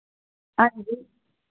हां जी